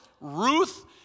Ruth